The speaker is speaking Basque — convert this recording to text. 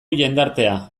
jendartea